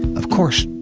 of course,